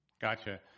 Gotcha